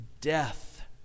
death